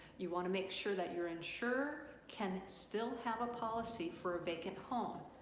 you want to make sure that your insurer can still have a policy for a vacant home.